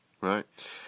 Right